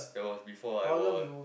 that was before I was